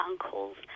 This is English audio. uncles